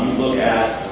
look at